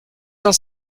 cent